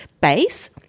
base